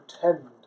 pretend